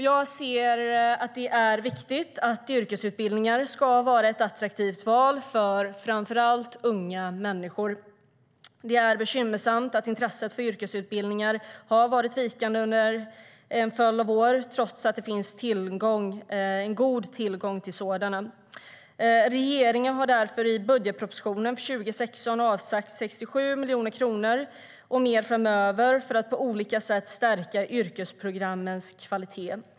Jag anser att det är viktigt att yrkesutbildningar är ett attraktivt val för framför allt unga människor. Det är bekymmersamt att intresset för yrkesutbildningar har varit vikande under en följd av år trots att det finns god tillgång till sådana. Regeringen har därför i budgetpropositionen för 2016 avsatt 67 miljoner kronor - och mer ska avsättas framöver - för att på olika sätt stärka yrkesprogrammens kvalitet.